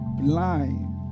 blind